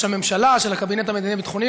הממשלה ושל הקבינט המדיני-ביטחוני,